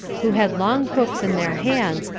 who had long hooks in their hands,